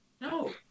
No